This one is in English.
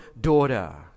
daughter